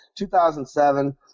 2007